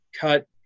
cut